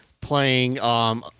playing